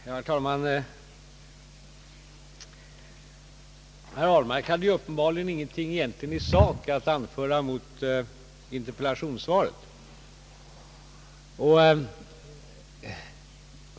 Herr talman! Herr Ahlmark hade uppenbarligen ingenting i sak att anföra mot mitt interpellationssvar.